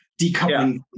decoupling